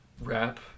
rap